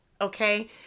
Okay